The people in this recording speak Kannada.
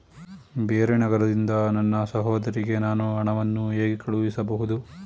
ಬೇರೆ ನಗರದಿಂದ ನನ್ನ ಸಹೋದರಿಗೆ ನಾನು ಹಣವನ್ನು ಹೇಗೆ ಕಳುಹಿಸಬಹುದು?